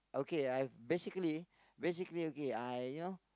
okay I basically basically okay I you know